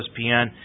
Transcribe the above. ESPN